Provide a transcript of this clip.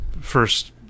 first